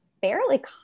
fairly